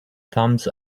thumbs